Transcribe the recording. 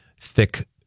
thick